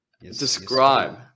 describe